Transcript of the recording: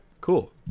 cool